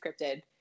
scripted